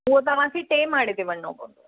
हो तव्हांखे टे माड़े ते वञिणो पवंदो